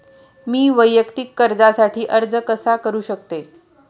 मी वैयक्तिक कर्जासाठी अर्ज कसा करु शकते?